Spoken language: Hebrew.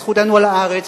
זכותנו על הארץ,